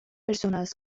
personas